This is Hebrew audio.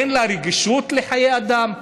אין לה רגישות לחיי אדם,